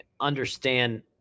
understand